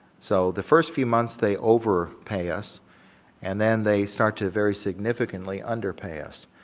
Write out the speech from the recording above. so, the first few months they overpay us and then they start to very significantly underpay us.